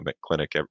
clinic